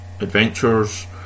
adventures